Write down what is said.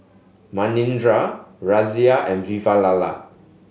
Manindra Razia and Vavilala